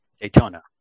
Daytona